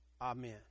Amen